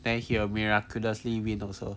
then he will miraculously win also